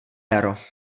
jaro